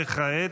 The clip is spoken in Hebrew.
וכעת?